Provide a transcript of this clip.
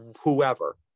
whoever